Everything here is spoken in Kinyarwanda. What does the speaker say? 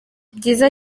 byiza